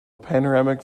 panoramic